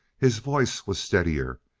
his voice was steadier.